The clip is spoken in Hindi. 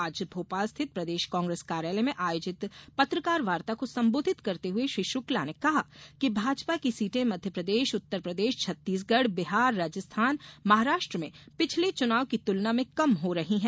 आज भोपाल स्थित प्रदेश कांग्रेस कार्यालय में आयोजित पत्रकार वार्ता को संबोधित करते हुए श्री शुक्ला ने कहा कि भाजपा की सीटें मध्यप्रदेश उत्तरप्रदेश छत्तीसगढ़ बिहार राजस्थान महाराष्ट्र में पिछले चुनाव की तुलना में कम हो रही है